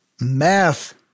math